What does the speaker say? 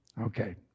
Okay